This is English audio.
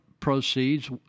proceeds